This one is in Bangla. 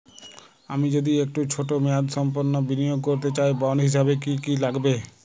আমি যদি একটু ছোট মেয়াদসম্পন্ন বিনিয়োগ করতে চাই বন্ড হিসেবে কী কী লাগবে?